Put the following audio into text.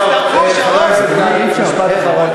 טוב, חבר הכנסת גל, משפט אחרון.